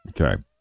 Okay